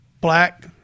black